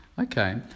Okay